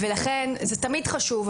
זה תמיד חשוב,